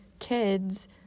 Kids